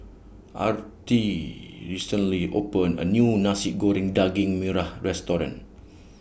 Arl Ti recently opened A New Nasi Goreng Daging Merah Restaurant